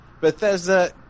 Bethesda